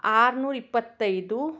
ಆರುನೂರಿಪ್ಪತ್ತೈದು